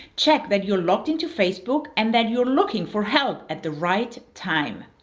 check that you're logged into facebook and that you're looking for help at the right time.